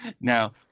now